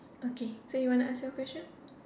okay so you want to ask your question